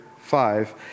five